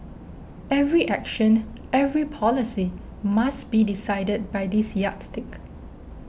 every action every policy must be decided by this yardstick